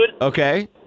okay